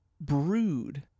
brood